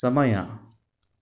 ಸಮಯ